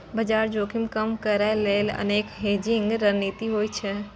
बाजार जोखिम कम करै लेल अनेक हेजिंग रणनीति होइ छै